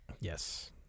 Yes